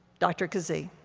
dr. kazee.